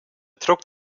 trok